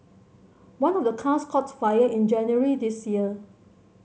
one of the cars caught fire in January this year